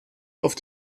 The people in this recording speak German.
auf